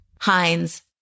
Heinz